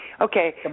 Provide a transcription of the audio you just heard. Okay